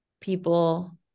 people